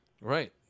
Right